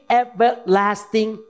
everlasting